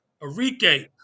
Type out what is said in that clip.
Arike